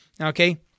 Okay